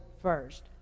first